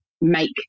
make